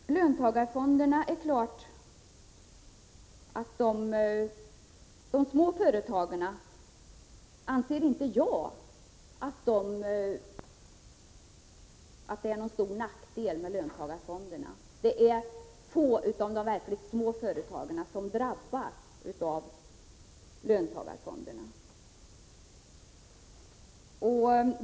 Jag anser inte att löntagarfonderna är till nackdel för de små företagen. Det är få av de verkligt små företagen som drabbas av löntagarfonderna.